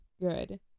good